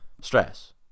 stress